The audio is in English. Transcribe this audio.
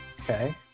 Okay